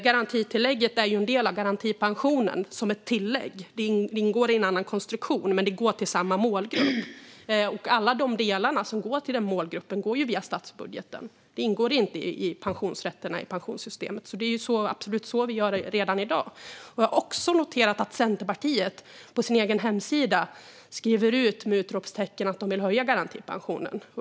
Garantitillägget är en del av garantipensionen som ett tillägg. Den ingår i en annan konstruktion, men den går till samma målgrupp. Alla de delar som går till denna målgrupp går via statsbudgeten. Det ingår inte i pensionsrätten i pensionssystemet, så det är absolut så vi gör redan i dag. Jag har noterat att Centerpartiet på sin egen hemsida med utropstecken skriver att de vill höja garantipensionen.